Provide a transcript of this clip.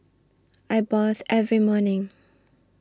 I bathe every morning